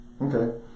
Okay